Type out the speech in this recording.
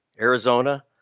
Arizona